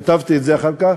כתבתי את זה אחר כך,